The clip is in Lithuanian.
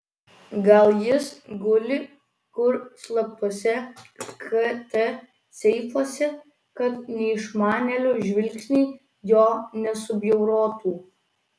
gal jis guli kur slaptuose kt seifuose kad neišmanėlių žvilgsniai jo nesubjaurotų